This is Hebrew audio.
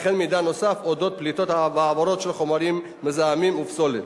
וכן מידע נוסף על אודות פליטות והעברות של חומרים מזהמים ופסולת.